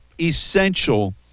essential